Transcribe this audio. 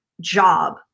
job